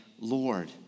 Lord